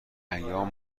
ایام